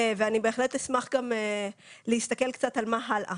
ואני בהחלט אשמח גם להסתכל קצת גם על מה הלאה.